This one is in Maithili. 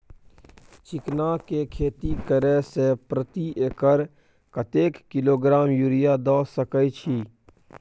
चिकना के खेती करे से प्रति एकर कतेक किलोग्राम यूरिया द सके छी?